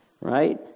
Right